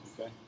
Okay